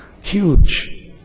huge